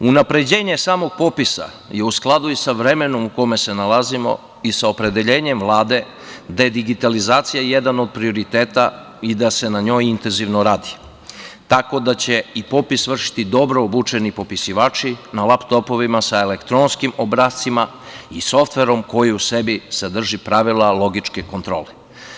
Unapređenje samog popisa je u skladu i sa vremenom u kome se nalazimo i sa opredeljenjem Vlade da je digitalizacija jedan od prioriteta i da se na njoj intenzivno radi tako da će i popis vršiti dobro obučeni popisivači na laptopovima, sa elektronskim obrascima i softverom koji u sebi sadrži pravila logičke kontrole.